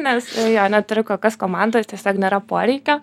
nes jo neturiu kol kas komandos tiesiog nėra poreikio